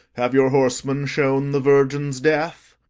have your horsemen shown the virgins death?